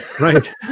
right